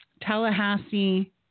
Tallahassee